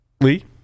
Lee